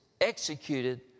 executed